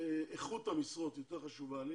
איכות המשרות יותר חשובה לי,